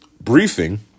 briefing